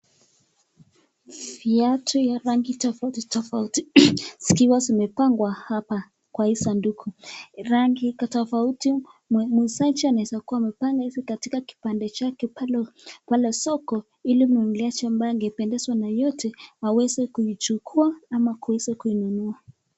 Viatu ya rangi tofauti tofauti zikiwa zimepangwa hapa kwa hii sanduku. Rangi tofauti muuzaji anaeza kuwa mapanga hizi katika kipande chake pale soko ili mnunuzi ambeye angependezwa na yote aweze kuichukua ama aweze kuinunua.